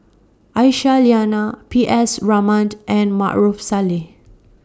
Aisyah Lyana P S Raman and Maarof Salleh